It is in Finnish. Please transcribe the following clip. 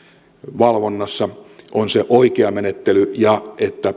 valvonnassa on se oikea menettely ja että